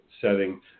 setting